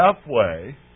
halfway